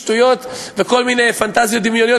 שטויות וכל מיני פנטזיות דמיוניות,